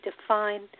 define